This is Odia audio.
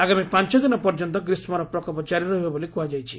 ଆଗାମୀ ପାଞ ଦିନ ପର୍ଯ୍ୟନ୍ତ ଗ୍ରୀଷ୍କର ପ୍ରକୋପ ଜାରି ରହିବ ବୋଲି କୁହାଯାଇଛି